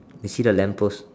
you see the lamp post